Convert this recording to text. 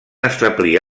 establir